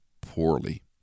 poorly